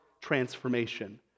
transformation